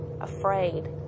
Afraid